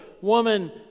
Woman